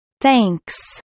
Thanks